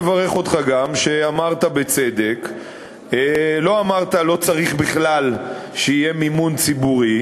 אני גם מברך אותך על כך שבצדק לא אמרת שלא צריך בכלל מימון ציבורי,